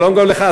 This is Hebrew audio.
שלום גם לך,